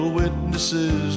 witnesses